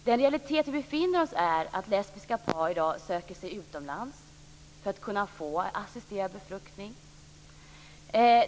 Den realitet som vi befinner oss i är att lesbiska par i dag söker sig utomlands för att kunna få assisterad befruktning.